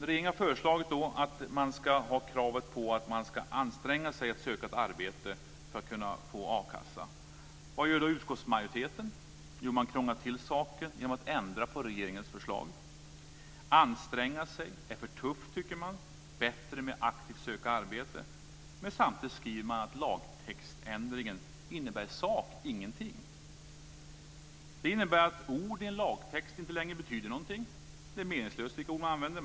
Regeringen har föreslagit att det ska finnas krav på att man ska anstränga sig för att finna ett arbete för att få a-kassa. Vad gör då utskottsmajoriteten? Jo, man krånglar till saken genom att ändra på regeringens förslag. "Anstränga sig" är för tufft, tycker man. Det är bättre med "aktivt söka arbete". Samtidigt skriver man att lagtextändringen i sak inte innebär någonting. Det innebär att ord i en lagtext inte längre betyder något. Det är meningslöst vilka ord man använder.